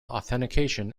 authentication